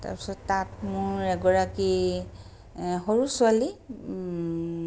তাৰপাছত তাত মোৰ এগৰাকী সৰু ছোৱালী